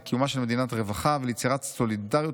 לקיומה של מדינת רווחה וליצירת סולידריות